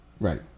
right